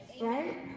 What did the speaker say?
right